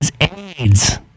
AIDS